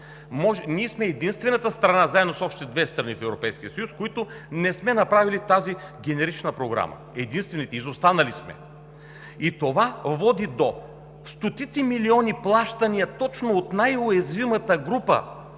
ние сме единствената страна, която не е направила тази генерична програма – единствените, изостанали сме. Това води до стотици милиони плащания точно от най-уязвимата група